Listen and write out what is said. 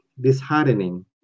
disheartening